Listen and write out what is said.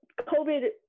COVID